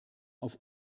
auf